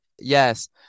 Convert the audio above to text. Yes